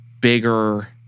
bigger